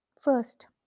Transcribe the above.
First